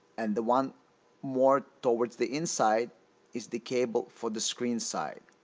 and the one more towards the inside is the cable for the screen side